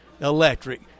electric